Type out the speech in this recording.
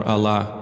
Allah